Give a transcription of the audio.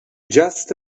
just